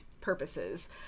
purposes